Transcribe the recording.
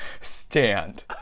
stand